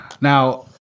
Now